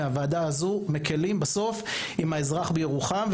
מהוועדה הזו בסוף מקלים עם האזרח בירוחם,